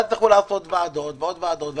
ואז תלכו לעשות ועדות ועוד ועדות,